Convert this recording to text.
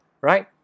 right